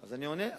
אז אני עונה.